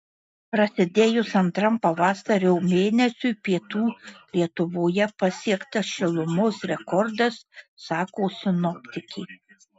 prasidėjus antram pavasario mėnesiui pietų lietuvoje pasiektas šilumos rekordas sako sinoptikė